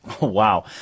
Wow